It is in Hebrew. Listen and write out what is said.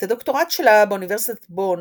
את הדוקטורט שלה, באוניברסיטת בון,